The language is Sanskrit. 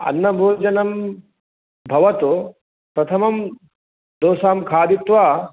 अन्नभोजनं भवतु प्रथमम् दोसां खादित्वा